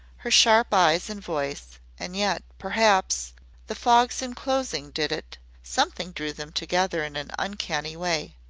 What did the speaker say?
her sharp eyes and voice and yet perhaps the fogs enclosing did it something drew them together in an uncanny way.